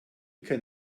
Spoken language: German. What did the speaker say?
kein